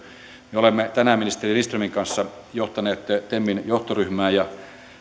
me olemme tänään ministeri lindströmin kanssa johtaneet temin johtoryhmää ja